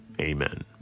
Amen